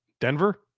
Denver